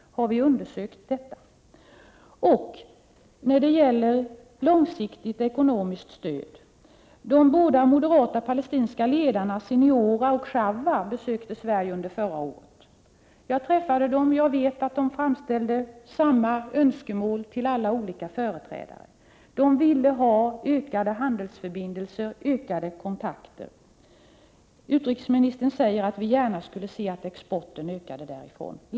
Har vi undersökt detta? Apropå långsiktigt ekonomiskt stöd besökte de båda moderata palestinska ledarna Siniora och Shawwa Sverige under förra året. Jag träffade dem. Jag vet att de framställde samma önskemål till alla. De ville ha ökade handelsförbindelser, ökade kontakter. Utrikesministern säger att vi gärna skulle se att exporten därifrån ökade.